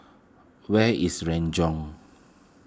where is Renjong